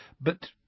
But—